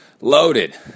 Loaded